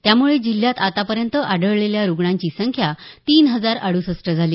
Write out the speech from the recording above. त्यामुळे जिल्ह्यात आतापर्यंत आढळलेल्या रुग्णांची संख्या तीन हजार अड्सष्ट झाली